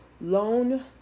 loan